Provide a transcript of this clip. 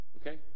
Okay